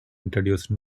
introduce